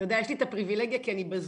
יש לי את הפריווילגיה כי אני בזום,